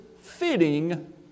fitting